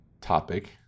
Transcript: topic